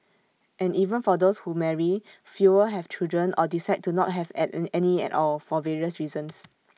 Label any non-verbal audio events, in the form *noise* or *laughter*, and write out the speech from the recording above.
and even for those who marry fewer have children or decide to not have *hesitation* any at all for various reasons